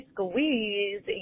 Squeeze